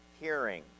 hearing